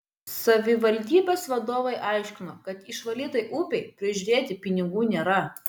savivaldybės vadovai aiškino kad išvalytai upei prižiūrėti pinigų nėra